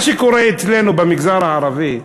מה שקורה אצלנו במגזר הערבי,